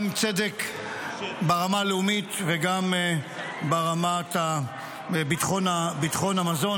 צדק ברמה הלאומית וגם ברמת ביטחון המזון.